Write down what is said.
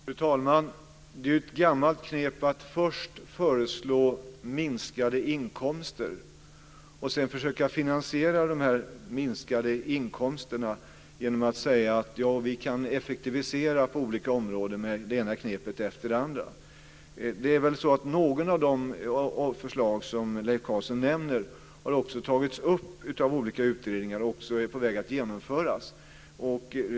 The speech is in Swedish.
Fru talman! Det är ett gammalt knep att först föreslå minskade inkomster och sedan försöka finansiera dessa minskade inkomster genom att säga att man kan effektivisera på olika områden med det ena knepet efter det andra. Det är väl så att något av de förslag som Leif Carlson nämner också har tagits upp av olika utredningar och också är på väg att genomföras.